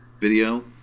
video